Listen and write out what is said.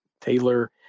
Taylor